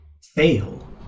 fail